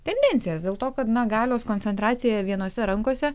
tendencijas dėl to kad na galios koncentracija vienose rankose